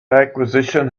acquisition